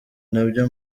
nabyo